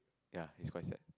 ya is quite sad